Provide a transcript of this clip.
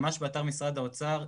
באתר משרד האוצר,